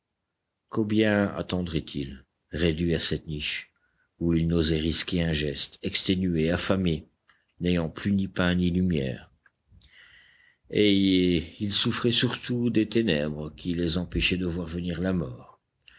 combien attendraient ils réduits à cette niche où ils n'osaient risquer un geste exténués affamés n'ayant plus ni pain ni lumière et ils souffraient surtout des ténèbres qui les empêchaient de voir venir la mort